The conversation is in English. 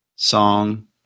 Song